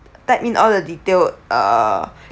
type in all the detailed err